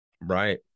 Right